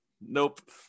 Nope